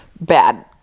bad